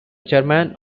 chairman